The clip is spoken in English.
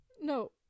No